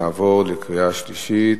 אנחנו נעבור לקריאה שלישית.